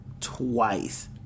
Twice